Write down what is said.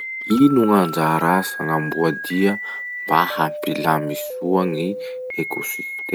Ino gn'anjara asa gn'amboadia mba hampilamy soa gny ekosistemo?